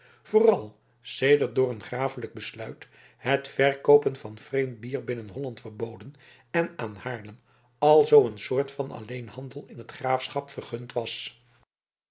vooral sedert door een grafelijk besluit het verkoopen van vreemd bier binnen holland verboden en aan haarlem alzoo een soort van alleenhandel in het graafschap vergund was